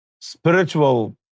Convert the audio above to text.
spiritual